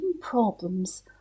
problems